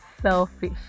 selfish